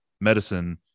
medicine